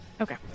okay